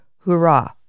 hurrah